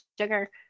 sugar